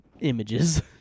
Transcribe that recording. images